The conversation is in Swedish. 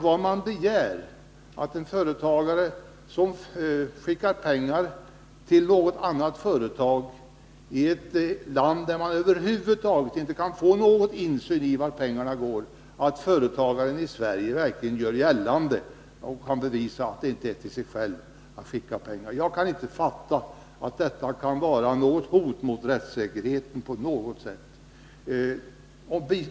Vad vi begär är att en företagare, som flyttar pengar till ett företag i ett land, där man över huvud taget inte kan få någon insyn i vart pengarna går, skall kunna bevisa att det inte är till sig själv han skickar pengar. Jag kan inte fatta att detta på något sätt skall utgöra ett hot mot rättssäkerheten.